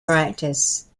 practice